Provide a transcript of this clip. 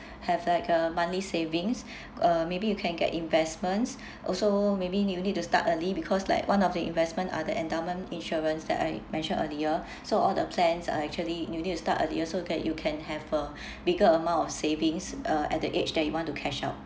have like a monthly savings uh maybe you can get investments also maybe you need to start early because like one of the investment are the endowment insurance that I mentioned earlier so all the plans are actually you need to start earlier so you can you can have a bigger amount of savings uh at the age that you want to cash out